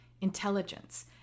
intelligence